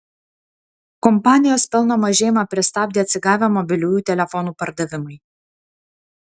kompanijos pelno mažėjimą pristabdė atsigavę mobiliųjų telefonų pardavimai